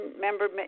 member